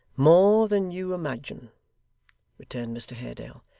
more than you imagine returned mr haredale.